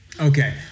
Okay